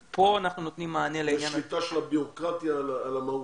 אז פה אנחנו נותנים מענה לעניין --- זה שליטה של הבירוקרטיה על המהות.